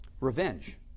Revenge